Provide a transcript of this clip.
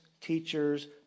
teachers